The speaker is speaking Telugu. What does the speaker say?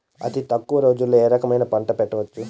అతి తక్కువ రోజుల్లో ఏ రకమైన పంట పెంచవచ్చు?